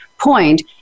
point